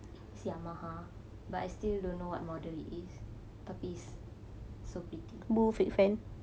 it's Yamaha but I still don't know what model it is tapi it's so pretty